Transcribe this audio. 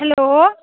hello